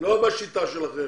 לא בשיטה שלכם.